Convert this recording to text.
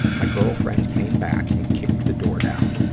my girlfriends came back and kicked the door down.